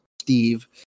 Steve